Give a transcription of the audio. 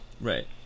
Right